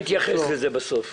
אני אתייחס לזה בסוף.